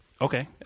Okay